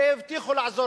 הרי הבטיחו לעזור